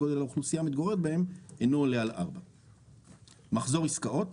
גודל האוכלוסייה המתגוררת בהם אינו עולה על 4. מחזור עסקאות,